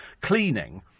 cleaning